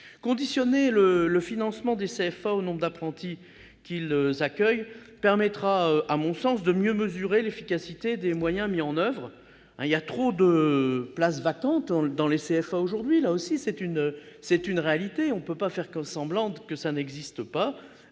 Conditionner le financement des CFA au nombre d'apprentis qu'ils accueillent permettra, à mon sens, de mieux mesurer l'efficacité des moyens mis en oeuvre, car il y a trop de places vacantes dans ces centres. Là aussi, c'est une réalité, dont on ne peut nier l'existence.